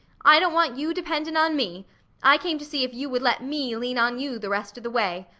i don't want you dependin' on me i came to see if you would let me lean on you the rest of the way.